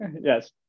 Yes